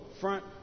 front